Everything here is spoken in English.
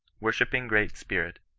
worshipping great spirit,